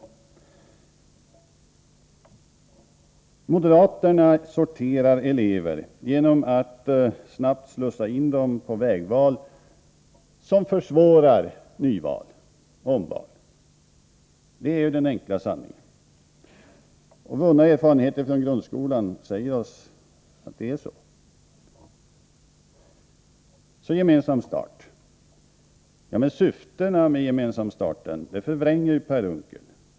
Moderaterna vill sortera elever genom att alltför tidigt slussa in dem på vägval som försvårar omval. Det är den enkla sanningen. Vunna erfarenheter från tidigare system i grundskolan säger oss att det är så. Per Unckel förvränger syftet med gemensam start.